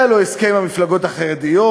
והיה לו הסכם עם המפלגות החרדיות,